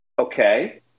Okay